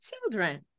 children